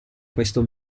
questo